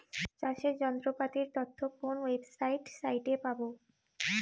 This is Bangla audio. চাষের যন্ত্রপাতির তথ্য কোন ওয়েবসাইট সাইটে পাব?